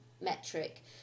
metric